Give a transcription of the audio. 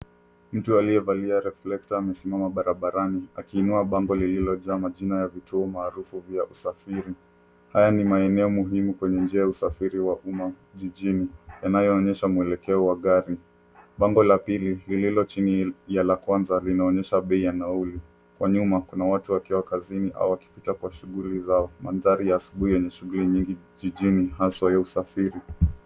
Mtu aliyevalia reflector amesimama barabarani, akiinua bango lililojaa majina ya vituo maarufu vya usafiri. Haya ni maeneo muhimu kwenye njia ya usafiri wa umma jijini, yanayoonyesha mwelekeo wa gari. Bango la pili, lililo chini ya la kwanza linaonyesha bei ya nauli. Kwa nyuma, kuna watu wakiwa kazini au wakipita kwa shughuli zao. Mandhari ya asubuhi yenye shughuli nyingi, jijini haswa ya usafiri.